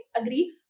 agree